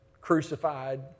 crucified